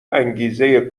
انگیزه